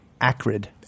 Acrid